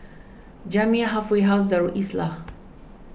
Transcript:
Jamiyah Halfway House Darul Islah